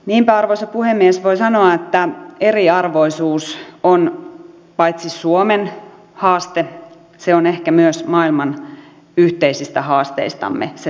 niinpä arvoisa puhemies voi sanoa että eriarvoisuus on paitsi suomen haaste ehkä myös maailman yhteisistä haasteistamme se suurin